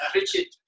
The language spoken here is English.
Richard